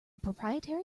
proprietary